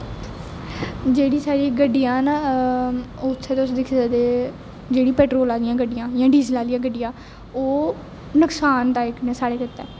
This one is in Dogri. जेह्ड़ी साढ़ी गड्डियां न उत्थें तुस दिक्खी सकदे जेह्ड़ी पैट्रोल आह्लियां गड्डियां होंदियां डीज़ल आह्लियां गड्डियां ओह् नकसानदायक न साढ़े गित्तै